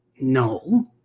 No